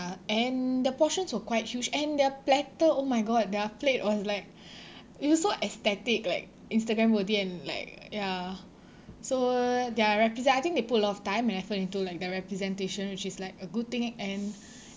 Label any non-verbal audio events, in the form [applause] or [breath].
and the portions were quite huge and their platter oh my god their plate was like [breath] it was so aesthetic like instagram worthy and like ya so their represent~ I think they put a lot of time and effort into like their representation which is like a good thing and